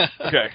Okay